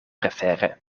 prefere